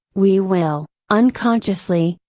we will, unconsciously,